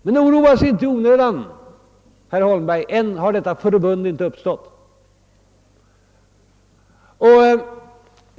Men oroa Er inte i onödan, herr Holmberg, ty än har inte detta förbund uppstått.